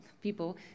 people